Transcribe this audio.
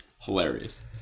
Hilarious